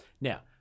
Now